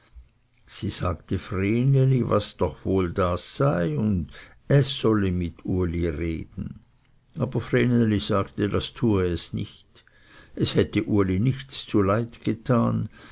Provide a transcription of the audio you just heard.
sie sagte vreneli was doch wohl das sei und es solle mit uli reden aber vreneli sagte das tue es nicht es hätte uli nichts zuleid getan